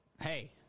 Hey